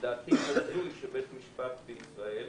לדעתי הזוי שבית משפט בישראל